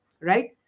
right